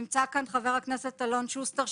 נמצא כאן חבר הכנסת אלון שוסטר,